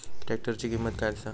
ट्रॅक्टराची किंमत काय आसा?